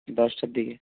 দশটার দিকে